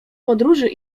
podróży